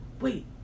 wait